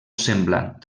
semblant